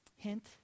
Hint